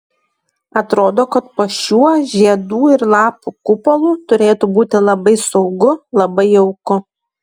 atrodo kad po šiuo žiedų ir lapų kupolu turėtų būti labai saugu labai jauku